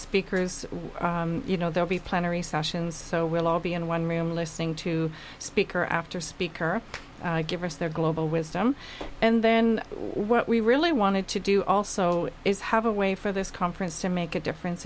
speakers you know they'll be planning recession's so we'll all be in one room listening to speaker after speaker give us their global wisdom and then what we really wanted to do also is have a way for this conference to make a difference